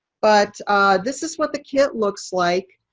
but this is what the kit looks like.